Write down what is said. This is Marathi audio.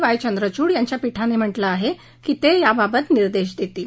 वाय चंद्रचूड यांच्या पीठानं म्हटलं आहे की ते याबाबत निर्देश देतील